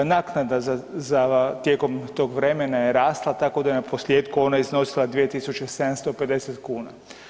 Naknada za .../nerazumljivo/... tijekom tog vremena je rasla, tako da je naposljetku ona iznosila 2750 kn.